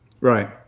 Right